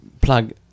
plug